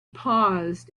paused